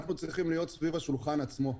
אנחנו צריכים להיות סביב השולחן עצמו.